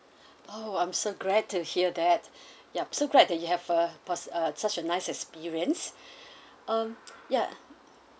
oh I'm so glad to hear that yup so glad that you have a pos~ uh such a nice experience um ya